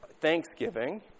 Thanksgiving